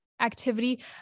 activity